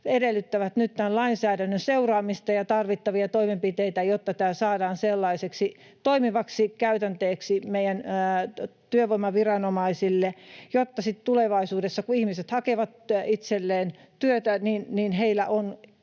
nyt tämän lainsäädännön seuraamista ja tarvittavia toimenpiteitä, jotta tämä saadaan sellaiseksi toimivaksi käytänteeksi meidän työvoimaviranomaisille, jotta sitten tulevaisuudessa, kun ihmiset hakevat itselleen työtä, heillä on